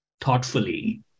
thoughtfully